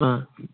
ꯑꯥ